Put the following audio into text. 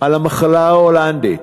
על המחלה ההולנדית,